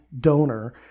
donor